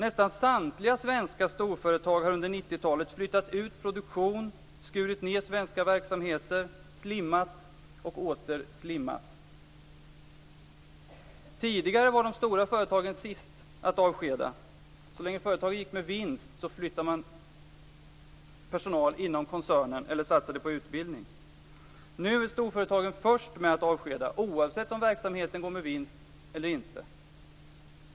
Nästan samtliga svenska storföretag har under 90-talet flyttat ut produktion, skurit ned svenska verksamheter samt slimmat och åter slimmat. Tidigare var de stora företagen sist med att avskeda. Så länge företaget gick med vinst flyttade man personal inom koncernen eller satsade på utbildning. Nu är storföretagen först med att avskeda, oavsett om verksamheten går med vinst eller inte.